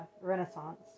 Renaissance